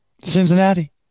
Cincinnati